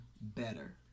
better